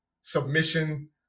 submission